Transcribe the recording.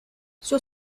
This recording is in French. sur